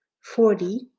Forty